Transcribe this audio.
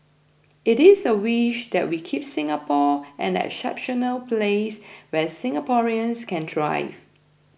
it is a wish that we keep Singapore an exceptional place where Singaporeans can thrive